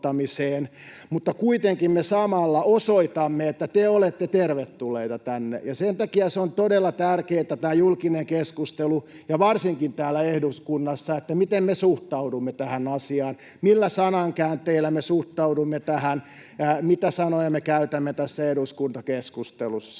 mutta kuitenkin me samalla osoitamme, että te olette tervetulleita tänne, ja sen takia on todella tärkeätä tässä julkisessa keskustelussa, ja varsinkin täällä eduskunnassa, miten me suhtaudumme tähän asiaan, millä sanankäänteillä me suhtaudumme tähän ja mitä sanoja me käytämme tässä eduskuntakeskustelussa.